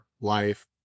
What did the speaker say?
life